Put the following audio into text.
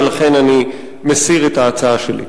ולכן אני מסיר את ההצעה שלי.